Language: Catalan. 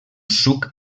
suc